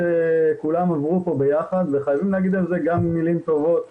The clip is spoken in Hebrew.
שכולם עברו פה ביחד וחייבים להגיד על זה גם מילים טובות